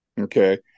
Okay